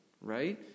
right